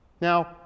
Now